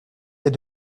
est